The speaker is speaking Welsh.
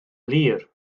glir